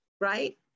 right